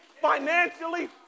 financially